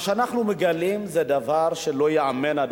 מה שאנחנו מגלים זה דבר שלא ייאמן.